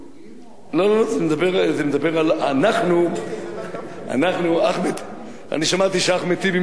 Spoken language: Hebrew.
זה מדבר על אנחנו, שמעתי שאחמד טיבי מתגייר השבוע.